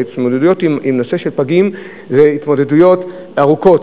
ההתמודדויות בנושא הפגים הן התמודדויות ארוכות.